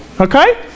Okay